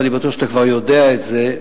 ואני בטוח שאתה כבר יודע את זה,